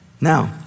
Now